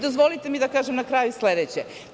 Dozvolite mi da kažem na kraju sledeće.